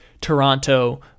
toronto